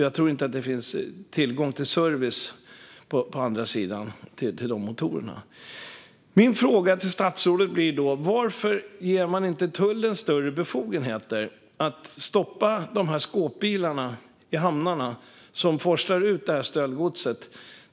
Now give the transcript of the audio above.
Jag tror inte att det finns service av andra motorer på andra sidan Östersjön. Min fråga till statsrådet blir: Varför ger man inte tullen större befogenheter att i hamnarna stoppa de skåpbilar som forslar ut stöldgodset?